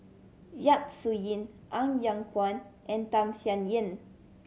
Yap Su Yin Ng Yat Chuan and Tham Sien Yen